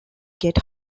get